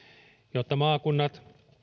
jotta maakunnat